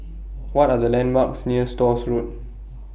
What Are The landmarks near Stores Road